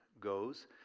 goes